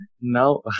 now